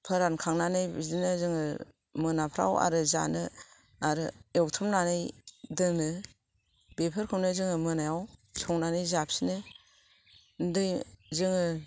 फोरानखांनानै बिदिनो जोङो मोनाफ्राव आरो जानो आरो एवथ्रमनानै दोनो बेफोरखौनो जोङो मोनायाव संनानै जाफिनो दै जोङो